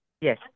Yes